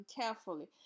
carefully